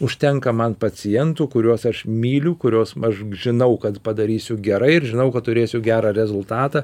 užtenka man pacientų kuriuos aš myliu kuriuos aš žinau kad padarysiu gerai ir žinau kad turėsiu gerą rezultatą